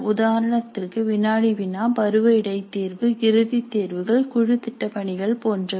உதாரணத்திற்கு வினாடி வினா பருவ இடைத்தேர்வு இறுதி தேர்வுகள் குழு திட்டப்பணிகள் போன்றவை